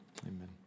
amen